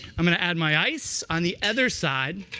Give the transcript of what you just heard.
i'm going to add my ice on the other side.